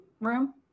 room